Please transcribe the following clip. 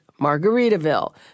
Margaritaville